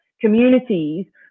communities